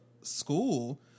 school